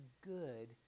good